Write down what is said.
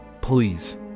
please